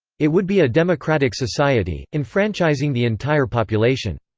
it would be a democratic society, enfranchising the entire population.